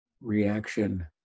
reaction